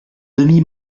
demi